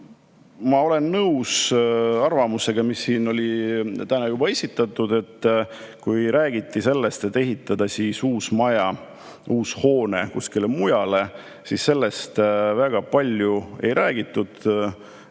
Ma olen nõus arvamusega, mis on siin täna juba esitatud. Kui öeldi, et tuleks ehitada uus maja, uus hoone kuskile mujale, siis sellest väga palju ei räägitud,